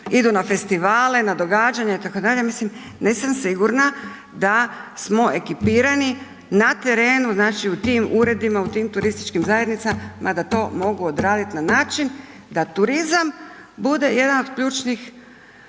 idu na festivale, na događanja itd.. Mislim, nisam sigurna da smo ekipirani na terenu, znači u tim uredima, u tim turističkim zajednicama, ma da to mogu odraditi na način da turizam bude jedan od ključnih